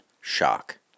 shock